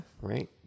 Right